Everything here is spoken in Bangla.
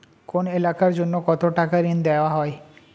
কোন এলাকার জন্য কত টাকা ঋণ দেয়া হয়?